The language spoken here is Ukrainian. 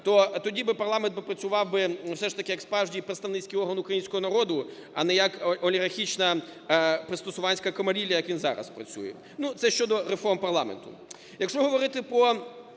то тоді парламент попрацював би все ж таки як справжній представницький орган українського народу, а не як олігархічна пристосуванська камарилья, як він зараз працює. Ну, це щодо реформ парламенту.